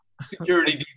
security